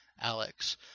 Alex